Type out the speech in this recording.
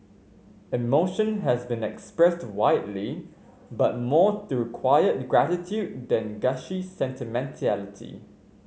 emotion has been expressed widely but more through quiet gratitude than gushy sentimentality